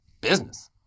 business